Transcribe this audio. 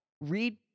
read